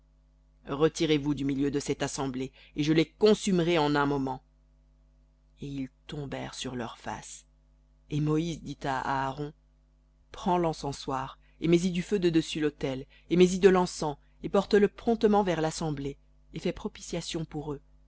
retirez-vous du milieu de cette assemblée et je les consumerai en un moment et ils tombèrent sur leurs faces et moïse dit à aaron prends l'encensoir et mets y du feu de dessus l'autel et mets y de l'encens et porte le promptement vers l'assemblée et fais propitiation pour eux